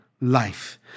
life